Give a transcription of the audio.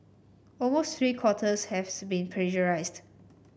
almost three quarters has been plagiarised